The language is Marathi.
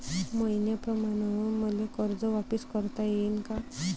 मईन्याप्रमाणं मले कर्ज वापिस करता येईन का?